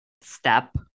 step